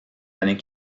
années